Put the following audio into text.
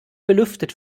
belüftet